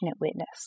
witness